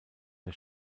der